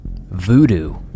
voodoo